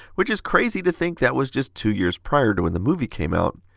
which is crazy to think that was just two years prior to when the movie came out.